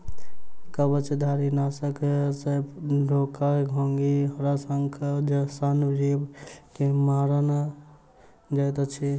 कवचधारीनाशक सॅ डोका, घोंघी, हराशंख सन जीव के मारल जाइत अछि